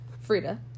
frida